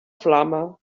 flama